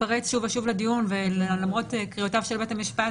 לפעמים ההתפרצויות של הנאשם,